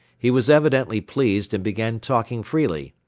he was evidently pleased and began talking freely.